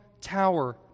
tower